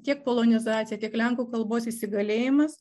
tiek polonizaciją tiek lenkų kalbos įsigalėjimas